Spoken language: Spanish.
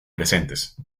presentes